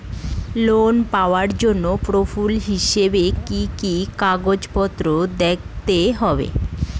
Loan পাওয়ার জন্য proof হিসেবে কি কি কাগজপত্র দেখাতে হবে?